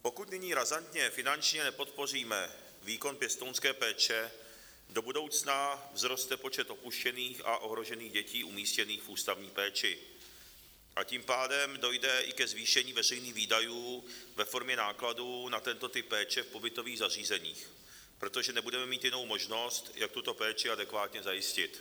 Pokud nyní razantně finančně nepodpoříme výkon pěstounské péče, do budoucna vzroste počet opuštěných a ohrožených dětí umístěných v ústavní péči, a tím pádem dojde i ke zvýšení veřejných výdajů ve formě nákladů na tento typ péče v pobytových zařízeních, protože nebudeme mít jinou možnost, jak tuto péči adekvátně zajistit.